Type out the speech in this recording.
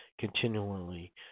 continually